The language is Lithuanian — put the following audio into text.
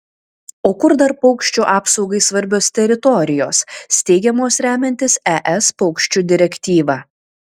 o kur dar paukščių apsaugai svarbios teritorijos steigiamos remiantis es paukščių direktyva